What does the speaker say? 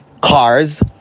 cars